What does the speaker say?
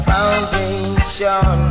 Foundation